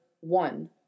one